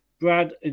Brad